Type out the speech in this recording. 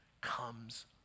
comes